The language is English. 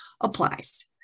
applies